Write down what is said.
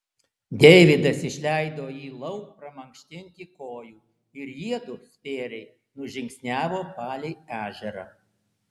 deividas išleido jį lauk pramankštinti kojų ir jiedu spėriai nužingsniavo palei ežerą